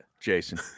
Jason